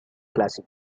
classic